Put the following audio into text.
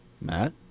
Matt